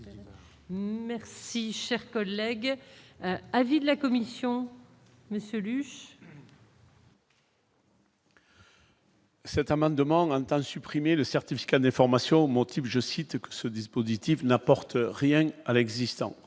Merci, cher collègue, avis de la Commission, monsieur Luce. Cet amendement entend supprimer le certificat d'information type, je cite, que ce dispositif n'apporte rien à l'existant